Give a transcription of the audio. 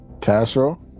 Castro